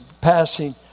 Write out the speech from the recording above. passing